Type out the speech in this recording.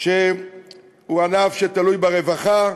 שתלוי ברווחה,